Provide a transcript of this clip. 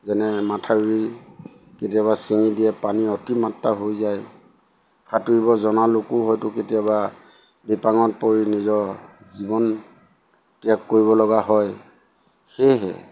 যেনে মাথাউৰি কেতিয়াবা চিঙি দিয়ে পানী অতি মাত্ৰা হৈ যায় সাঁতুৰিব জনা লোকো হয়তো কেতিয়াবা বিপাঙত পৰি নিজৰ জীৱন ত্যাগ কৰিব লগা হয় সেয়েহে